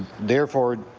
therefore,